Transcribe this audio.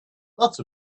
lots